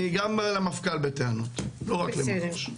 אני גם למפכ"ל בטענות, לא רק למח"ש.